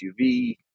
SUV